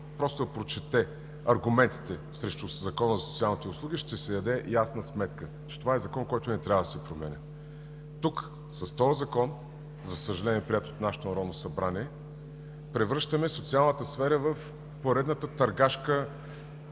просто да прочете аргументите срещу Закона за социалните услуги, ще си даде ясна сметка, че това е Закон, който не трябва да се променя. Тук, с този закон, за съжаление, приет от нашето Народно събрание, превръщаме социалната сфера в поредната търгашка